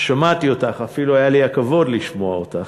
שמעתי אותך, אפילו היה לי הכבוד לשמוע אותך,